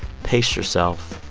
pace yourself.